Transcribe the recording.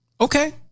Okay